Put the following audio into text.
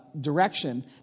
direction